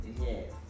Yes